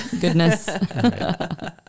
goodness